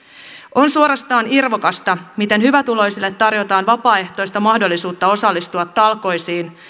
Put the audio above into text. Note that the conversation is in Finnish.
on suorastaan irvokasta miten hyvätuloisille tarjotaan vapaaehtoista mahdollisuutta osallistua talkoisiin